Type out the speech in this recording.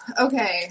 Okay